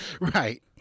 Right